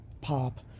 pop